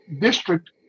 district